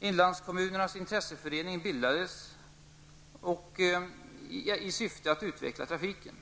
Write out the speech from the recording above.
Inlandskommunernas intresseförening bildades i syfte att utveckla trafiken.